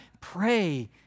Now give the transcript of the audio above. Pray